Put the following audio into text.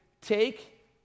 take